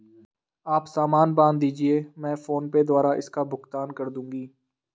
आप सामान बांध दीजिये, मैं फोन पे द्वारा इसका भुगतान कर दूंगी